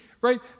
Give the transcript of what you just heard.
right